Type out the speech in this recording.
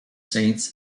saints